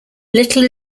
little